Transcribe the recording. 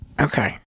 okay